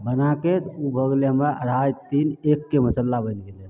बनाके ओ भऽ गेलै हमरा अढ़ाइ तीन एकके मसल्ला बनि गेलै